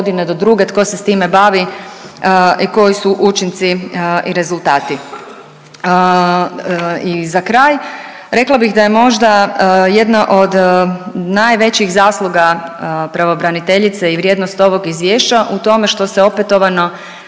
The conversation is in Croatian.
I za kraj, rekla bih da je možda jedna od najvećih zasluga pravobraniteljice i vrijednost ovog izvješća u tome što se opetovano